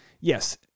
yes